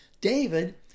David